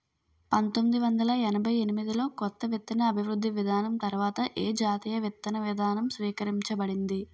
పంతోమ్మిది వందల ఎనభై ఎనిమిది లో కొత్త విత్తన అభివృద్ధి విధానం తర్వాత ఏ జాతీయ విత్తన విధానం స్వీకరించబడింది?